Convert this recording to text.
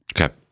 Okay